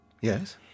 Yes